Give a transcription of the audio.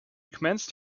commenced